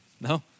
No